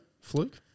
Fluke